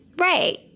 Right